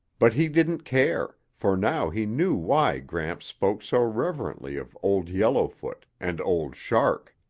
but he didn't care, for now he knew why gramps spoke so reverently of old yellowfoot and old shark.